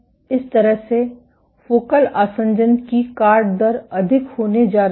इस तरह से फोकल आसंजन की काट दर अधिक होने जा रही है